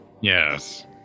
Yes